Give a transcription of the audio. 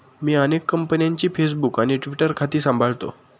मी अनेक कंपन्यांची फेसबुक आणि ट्विटर खाती सांभाळतो